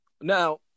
Now